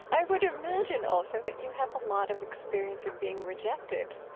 i would imagine, also, that you have a lot of experience of being rejected.